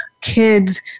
kids